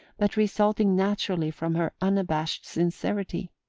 but resulting naturally from her unabashed sincerity.